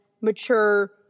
mature